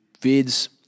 vids